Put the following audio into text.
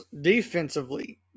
defensively